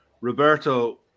Roberto